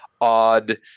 odd